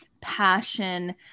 passion